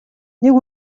нэг